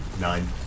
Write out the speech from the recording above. Nine